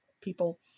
people